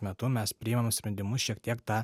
metu mes priimam sprendimus šiek tiek tą